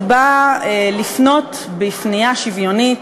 היא באה, לפנות פנייה שוויונית,